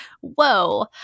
whoa